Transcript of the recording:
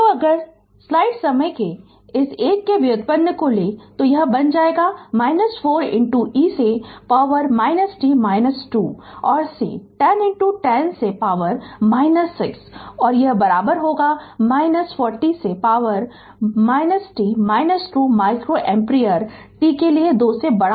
तो अगर स्लाइड समय इस एक के व्युत्पन्न को लें यह बन जाएगा 4 e से पावर - t 2 और C है 10 10 से पावर 6 तो और 40 से पावर - t 2 माइक्रोएम्पियर t के लिए 2 से बड़ा